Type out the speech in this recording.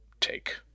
take